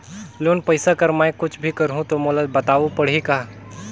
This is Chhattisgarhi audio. लोन पइसा कर मै कुछ भी करहु तो मोला बताव पड़ही का?